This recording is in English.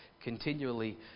continually